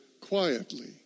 quietly